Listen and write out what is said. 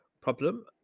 problem